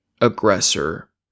aggressor